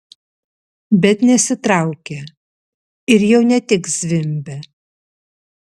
bet nesitraukia ir jau ne tik zvimbia